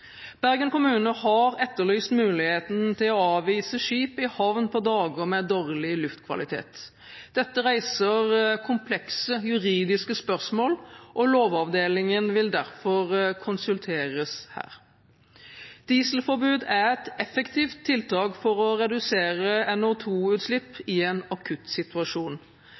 Bergen kommune har etterlyst muligheten til å avvise skip i havn på dager med dårlig luftkvalitet. Dette reiser komplekse juridiske spørsmål, og Lovavdelingen vil derfor konsulteres her. Dieselforbud er et effektivt tiltak for å redusere NO2-utslipp i en